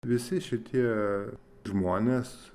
visi šitie žmonės